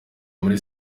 muri